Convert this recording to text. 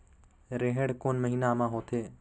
रेहेण कोन महीना म होथे?